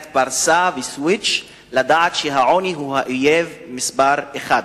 פרסה וסוויץ' לדעת שהעוני הוא האויב מספר אחת.